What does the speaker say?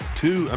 two